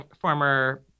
former